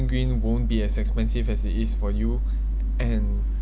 green won't be as expensive as it is for you and